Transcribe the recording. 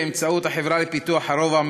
באמצעות החברה לפיתוח הרובע,